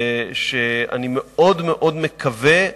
ואני מאוד מאוד מקווה,